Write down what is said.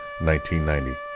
1990